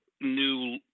new